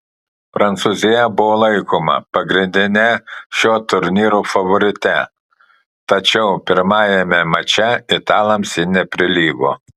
prancūzija buvo laikoma pagrindine šio turnyro favorite tačiau pirmajame mače italams ji neprilygo